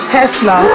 Tesla